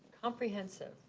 comprehensive.